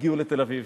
הגיעו לתל-אביב,